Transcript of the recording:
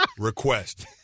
request